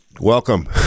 welcome